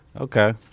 Okay